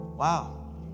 Wow